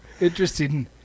Interesting